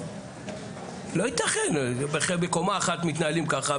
לא ייתכן שבקומה אחת מתנהלים ככה,